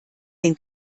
den